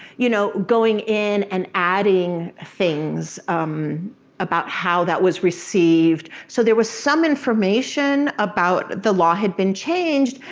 you know, going in and adding things um about how that was received. so there was some information about the law had been changed,